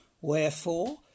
Wherefore